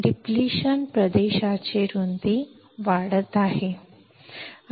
depletion प्रदेशाची रुंदी वाढत आहे